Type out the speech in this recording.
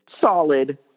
solid